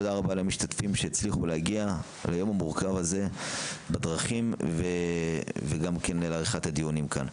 תודה למשתתפים שהצליחו להגיע ביום המורכב הזה בדרכים לדיונים כאן.